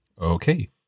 Okay